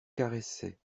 caressait